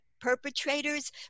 perpetrators